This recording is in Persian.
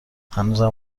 هنوزم